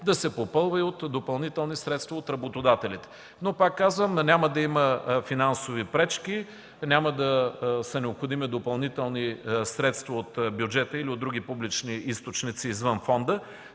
да се попълва и от допълнителни средства от работодателите. Пак казвам, няма да има финансови пречки. Няма да са необходими допълнителни средства от бюджета или от други публични източници извън фонда,